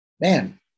man